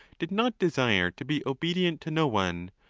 did not desire to be obedient to no one,